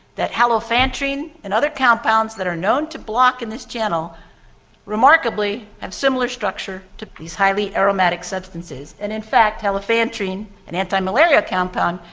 that halofantrine and other compounds that are known to block in this channel remarkably have similar structure to these highly aromatic substances. and in fact halofantrine, an antimalarial compound,